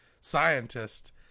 scientist